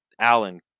Allen